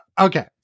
Okay